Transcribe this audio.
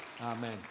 Amen